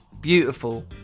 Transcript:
Beautiful